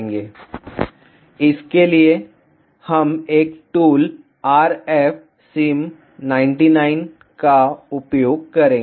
vlcsnap 2018 09 23 19h09m20s47 इसके लिए हम एक टूल RFSim 99 का उपयोग करेंगे